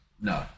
No